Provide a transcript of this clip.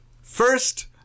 First